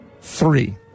three